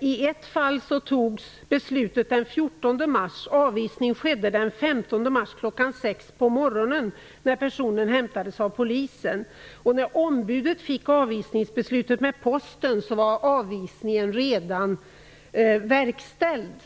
I ett fall fattades beslutet den 14 mars. Avvisningen skedde den 15 mars kl. 6 på morgonen, då personen hämtades av polisen. När ombudet fick avvisningsbeslutet med posten var avvisningen redan verkställd.